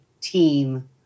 team